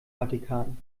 vatikan